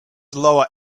lower